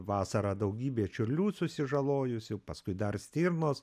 vasarą daugybė čiurlių susižalojusių paskui dar stirnos